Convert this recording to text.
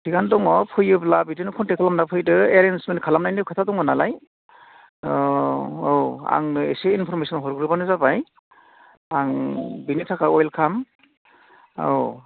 थिगानो दङ फैयोब्ला बिदिनो खन्थेक्ट खालामना फैदो एरेन्जमेन्ट खालामनायनि खोथा दं नालाय अ औ आंनो एसे इन्फ'रमेसन हरग्रोबानो जाबाय आं बेनि थाखाय वेलखाम औ